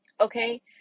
Okay